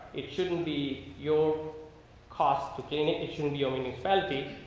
it shouldn't be your cost to getting, it it shouldn't be a municipality.